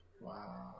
Wow